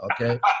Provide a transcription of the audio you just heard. Okay